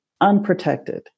unprotected